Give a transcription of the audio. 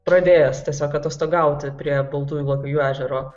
pradėjęs tiesiog atostogauti prie baltųjų lakajų ežero